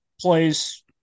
plays